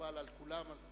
מקובל על כולם, אז